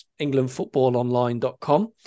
englandfootballonline.com